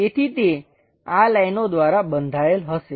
તેથી તે આ લાઈનો દ્વારા બંધાયેલ હશે